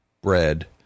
bread